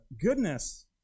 goodness